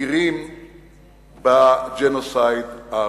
מכירים בג'נוסייד הארמני.